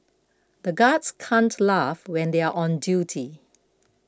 the guards can't laugh when they are on duty